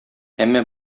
әмма